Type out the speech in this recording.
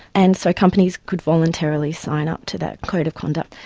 and so companies could voluntarily sign up to that code of conduct.